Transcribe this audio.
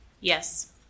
Yes